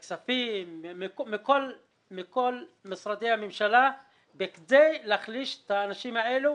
מכל משרדי הממשלה כדי להחליש את האנשים האלו